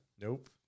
Nope